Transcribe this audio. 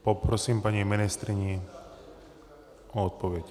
Poprosím paní ministryni o odpověď.